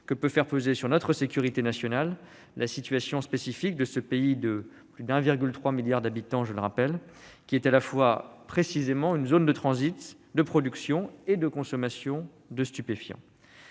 que peut faire peser sur notre sécurité nationale la situation spécifique de ce pays de plus de 1,3 milliard d'habitants, qui est à la fois une zone de transit, de production et de consommation de stupéfiants.